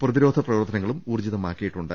പ്രതിരോധ പ്രിവർത്തനങ്ങളും ഊർജ്ജിതമാക്കിയിട്ടുണ്ട്